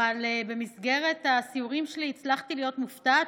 אבל במסגרת הסיורים שלי הצלחתי להיות מופתעת